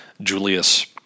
Julius